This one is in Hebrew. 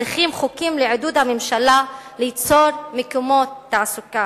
צריכים חוקים לעידוד הממשלה ליצור מקומות התעסוקה.